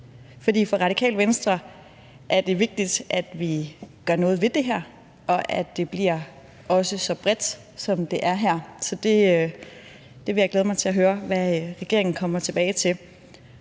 for Radikale Venstre er det vigtigt, at vi gør noget ved det her, og at det også bliver så bredt, som det er her. Så jeg vil glæde mig til at høre, hvad regeringen kommer tilbage med.